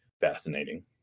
fascinating